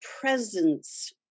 presence